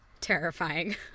Terrifying